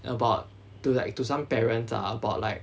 about to like to some parents ah about like